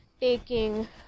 taking